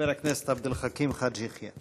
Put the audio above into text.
חבר הכנסת עבד אל חכים חאג' יחיא.